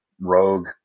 rogue